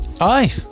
aye